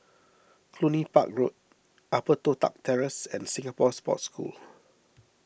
Cluny Park Road Upper Toh Tuck Terrace and Singapore Sports School